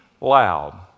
loud